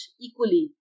equally